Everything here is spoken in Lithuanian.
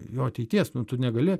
jo ateities nu tu negali